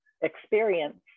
experience